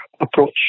approach